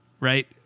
right